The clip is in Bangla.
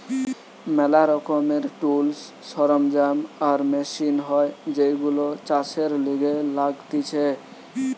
ম্যালা রকমের টুলস, সরঞ্জাম আর মেশিন হয় যেইগুলো চাষের লিগে লাগতিছে